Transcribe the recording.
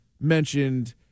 mentioned